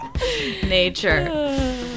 Nature